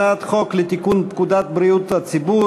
הצעת חוק לתיקון פקודת בריאות הציבור